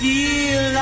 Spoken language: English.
Feel